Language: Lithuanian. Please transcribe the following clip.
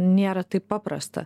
nėra taip paprasta